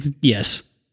Yes